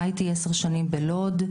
חייתי עשר שנים בלוד.